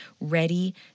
ready